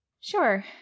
Sure